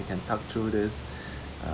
and up through this uh